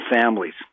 families